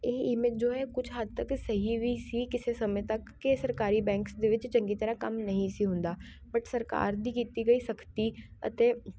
ਇਹ ਈਮੇਜ ਜੋ ਹੈ ਕੁਛ ਹੱਦ ਤੱਕ ਸਹੀ ਵੀ ਸੀ ਕਿਸੇ ਸਮੇਂ ਤੱਕ ਕਿ ਸਰਕਾਰੀ ਬੈਂਕਸ ਦੇ ਵਿੱਚ ਚੰਗੀ ਤਰ੍ਹਾਂ ਕੰਮ ਨਹੀਂ ਸੀ ਹੁੰਦਾ ਬਟ ਸਰਕਾਰ ਦੀ ਕੀਤੀ ਗਈ ਸਖ਼ਤੀ ਅਤੇ